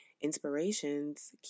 inspirations